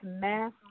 mass